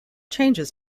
changes